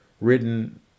written